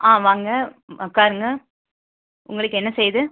வாங்க உட்காருங்க உங்களுக்கு என்ன செய்யுது